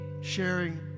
sharing